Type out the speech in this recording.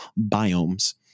biomes